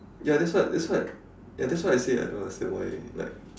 ya that's why that's why I say I don't understand why